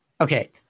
Okay